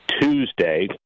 Tuesday